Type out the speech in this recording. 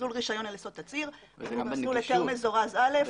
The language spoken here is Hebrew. במסלול רישיון על יסוד תצהיר או האם הוא במסלול יותר מזורז א',